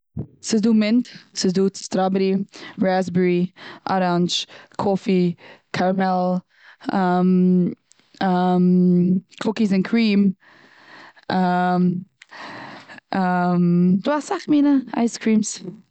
ס'איז דא מינט, ס'איז דא סטראבערי, רעזבערי, אראנדזש, קאפי, קערעמעל, קוקיס און קריעם, ס'דא אסאך מינע אייז קרימס.